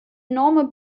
enorme